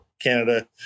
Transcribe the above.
Canada